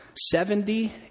Seventy